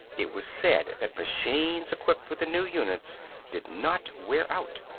it was said that machines equipped with the new units did not wear out,